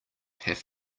have